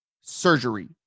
surgery